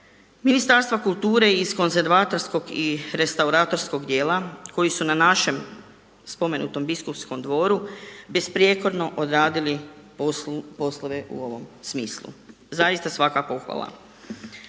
Ministarstva kulture iz konzervatorskog i restauratorskog dijela koji su na našem spomenutom biskupskom dvoru besprijekorno odradili poslove u ovom smislu. Zaista svaka pohvala.